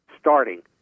starting